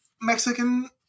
Mexican